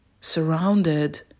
surrounded